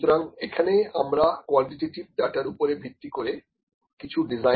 সুতরাং এখানে আমরা কোয়ান্টিটেটিভ ডাটার ওপরে ভিত্তি করে কিছু ডিজাইন করতে পারি